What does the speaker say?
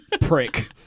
prick